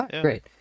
great